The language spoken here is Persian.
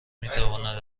میتواند